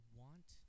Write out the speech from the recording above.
want